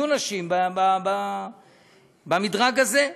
יהיו נשים במדרג הזה,